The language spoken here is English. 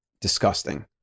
disgusting